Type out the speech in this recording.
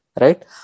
right